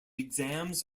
exams